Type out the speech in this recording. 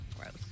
Gross